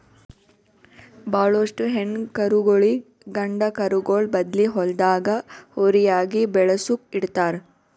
ಭಾಳೋಷ್ಟು ಹೆಣ್ಣ್ ಕರುಗೋಳಿಗ್ ಗಂಡ ಕರುಗೋಳ್ ಬದ್ಲಿ ಹೊಲ್ದಾಗ ಹೋರಿಯಾಗಿ ಬೆಳಸುಕ್ ಇಡ್ತಾರ್